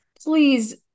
Please